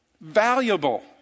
Valuable